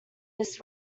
this